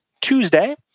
Tuesday